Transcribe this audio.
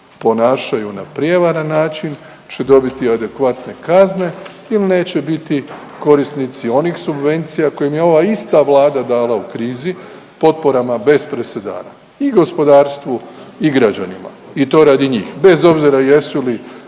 ponašaju na prijevaran način će dobiti adekvatne kazne ili neće biti korisnici onih subvencija koje im je ova ista Vlada dala u krizi, potporama bez presedana i gospodarstvu i građanima. I to radi njih bez obzira jesu li